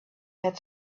had